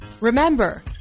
Remember